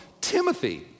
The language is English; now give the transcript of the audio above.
Timothy